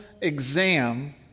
exam